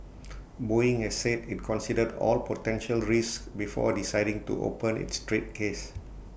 boeing has said IT considered all potential risks before deciding to open its trade case